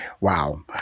Wow